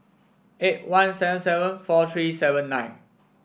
eight one seven seven four three seven nine